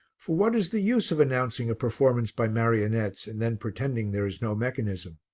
for what is the use of announcing a performance by marionettes and then pretending there is no mechanism?